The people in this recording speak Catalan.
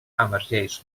emergeix